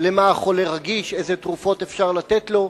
למה החולה רגיש, אילו תרופות אפשר לתת לו.